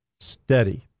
steady